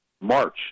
march